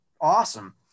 Awesome